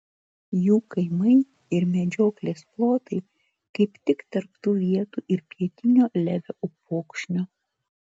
jų kaimai ir medžioklės plotai kaip tik tarp tų vietų ir pietinio levio upokšnio